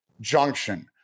junction